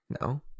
No